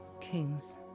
Kings